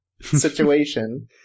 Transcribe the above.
situation